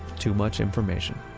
too much information